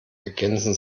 ergänzen